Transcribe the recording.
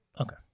Okay